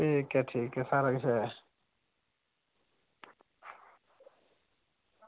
ठीक ऐ ठीक ऐ सारा किश ऐ